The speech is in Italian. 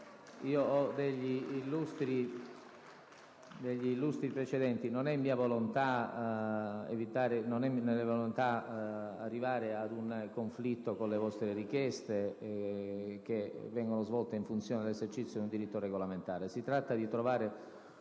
io ho degli illustri precedenti. Non è mia volontà arrivare ad un conflitto con le vostre richieste che vengono svolte in funzione dell'esercizio di un diritto regolamentare, ma si tratta di trovare